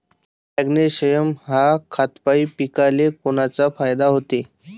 Magnesium ह्या खतापायी पिकाले कोनचा फायदा होते?